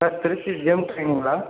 sir Trichy gym ட்ரைனிங்களா